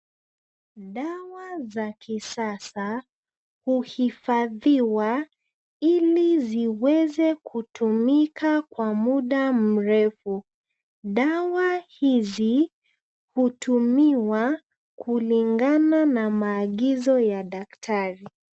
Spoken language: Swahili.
Dawa za kisasa huhifadhiwa ili ziweze kutumika kwa muda mrefu. Dawa hizi hutumiwa kulingana na maagizo ya daktari.